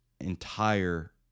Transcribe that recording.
entire